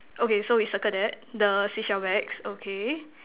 okay so we circle that the seashell bags okay